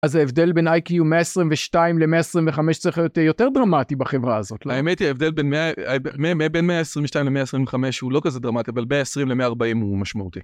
אז ההבדל בין איי-קי הוא מ-122 ל-125 צריך להיות יותר דרמטי בחברה הזאת. האמת היא, ההבדל בין 122 ל-125 הוא לא כזה דרמטי, אבל ב-20 ל-140 הוא משמעותי.